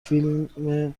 فیلم